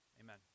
Amen